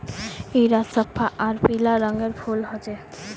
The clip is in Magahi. इरा सफ्फा आर पीला रंगेर फूल होचे